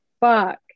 fuck